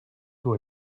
who